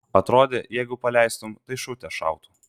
atrodė jeigu paleistum tai šaute šautų